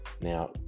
Now